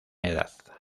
edad